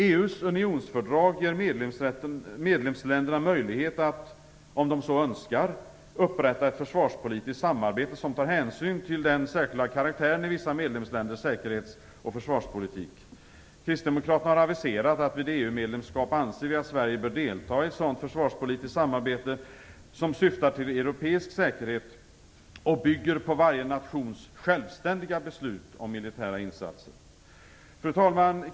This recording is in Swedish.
EU:s unionsfördrag ger medlemsländerna möjlighet att, om de så önskar, upprätta ett försvarspolitiskt samarbete som tar hänsyn till "den särskilda karaktären i vissa medlemsländers säkerhets och försvarspolitik". Kristdemokraterna har aviserat att vid EU medlemskap anser vi att Sverige bör delta i ett sådant försvarspolitiskt samarbete som syftar till europeisk säkerhet och som bygger på varje nations självständiga beslut om militära insatser. Fru talman!